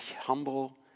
humble